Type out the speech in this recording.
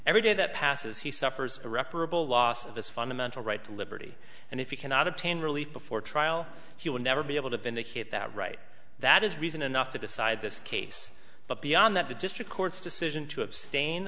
every day that passes he suffers irreparable loss of this fundamental right to liberty and if you cannot obtain relief before trial you will never be able to vindicate that right that is reason enough to decide this case but beyond that the district court's decision to abstain